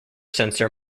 sensor